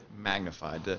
magnified